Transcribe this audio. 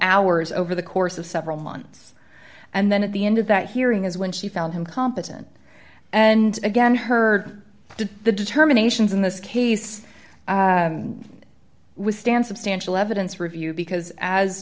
hours over the course of several months and then at the end of that hearing is when she found him competent and again heard to the determinations in this case withstand substantial evidence review because as